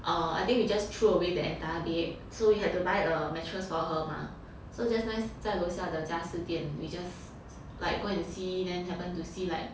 err I think we just throw away the entire bed so had to buy a mattress for her mah so just nice 在楼下的家私店 we just like go and see then happen to see like